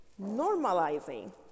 normalizing